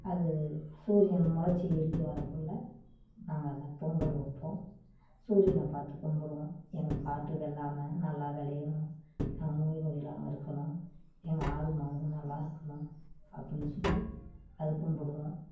அது சூரியன் முளச்சி வெளியே வரக்குள்ள நாங்கள் அந்த பொங்கல் வைப்போம் சூரியன பார்த்து கும்பிடுவோம் எங்கள் காட்டு வெள்ளாமை நல்லா விலையணும் நானும் இன்னும் விழாம இருக்கணும் எங்கள் ஆடு மாடுங்க நல்லா இருக்கணும் அப்புடின்னு சொல்லி அது கும்பிடுவோம்